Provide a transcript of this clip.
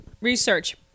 research